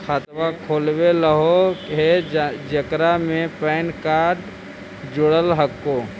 खातवा खोलवैलहो हे जेकरा मे पैन कार्ड जोड़ल हको?